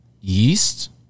yeast